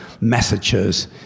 messages